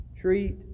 treat